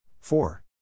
Four